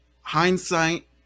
Hindsight